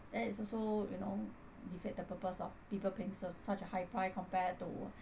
then it's also you know defeat the purpose of people paying su~ such a high price compare to